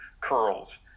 curls